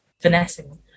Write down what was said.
finessing